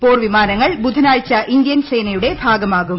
പോർ വിമാനങ്ങൾ ബുധനാഴ്ച ഇന്ത്യൻ സേനയുടെ ഭാഗമാകും